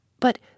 but